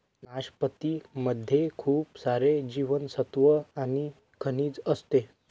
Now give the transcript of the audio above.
नाशपती मध्ये खूप सारे जीवनसत्त्व आणि खनिज असते